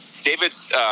David's